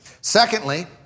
Secondly